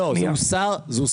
היה חסם, לא זה הוסר עכשיו,